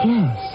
Yes